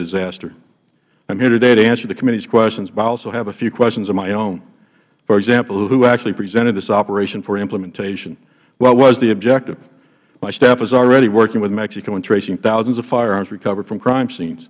disaster i'm here today to answer the committee's questions but i also have a few questions of my own for example who actually presented this operation for implementation what was the objective my staff was already working with mexico in tracing thousands of firearms recovered from crime scene